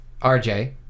RJ